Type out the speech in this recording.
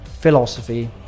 philosophy